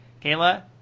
Kayla